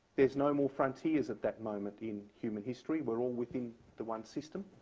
there's no more frontiers at that moment in human history. we're all within the one system.